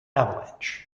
avalanche